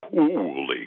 Holy